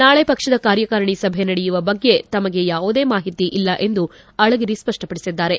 ನಾಳೆ ಪಕ್ಷದ ಕಾರ್ಯಕಾರಣಿ ಸಭೆ ನಡೆಯುವ ಬಗ್ಗೆ ತಮಗೆ ಯಾವುದೇ ಮಾಹಿತಿ ಇಲ್ಲ ಎಂದು ಅಳಗಿರಿ ಸ್ಪಪ್ಟಪಡಿಸಿದ್ದಾರೆ